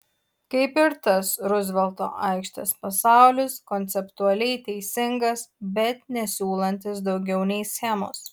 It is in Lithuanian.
kaip ir tas ruzvelto aikštės pasaulis konceptualiai teisingas bet nesiūlantis daugiau nei schemos